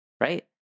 Right